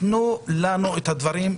תנו לציבור את הדברים,